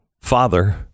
father